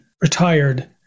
retired